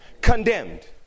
Condemned